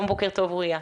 בוקר טוב אוריה.